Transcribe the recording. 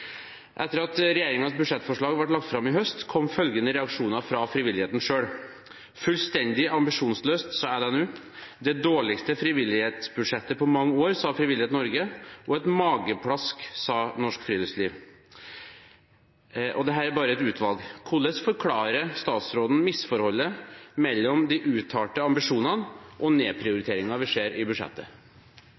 Etter at regjeringens budsjettforslag ble lagt fram i høst, kom følgende reaksjoner fra frivilligheten selv: Fullstendig ambisjonsløst, sa LNU. Det dårligste frivillighetsbudsjettet på mange år, sa Frivillighet Norge. Et mageplask, sa Norsk Friluftsliv. – Dette er bare et utvalg. Hvordan forklarer statsråden misforholdet mellom de uttalte ambisjonene og nedprioriteringen vi ser i budsjettet?